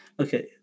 Okay